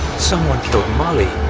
someone killed molly